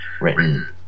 written